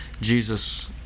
Jesus